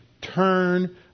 turn